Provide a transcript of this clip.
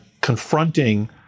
confronting